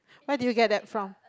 where do you get that from